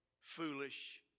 foolish